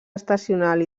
estacional